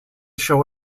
show